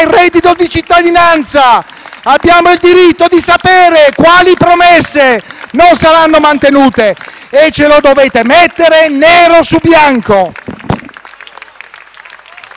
il reddito di cittadinanza. Abbiamo il diritto di sapere quali promesse non saranno mantenute. E ce lo dovete mettere nero su bianco!